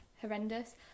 horrendous